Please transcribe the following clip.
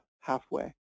halfway